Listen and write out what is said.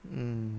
mm